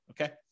okay